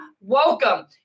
welcome